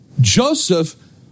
Joseph